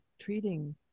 treating